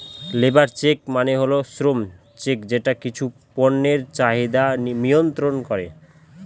labour check মানে হল শ্রম চেক যেটা কিছু পণ্যের চাহিদা মিয়ন্ত্রন করে